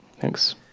thanks